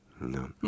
No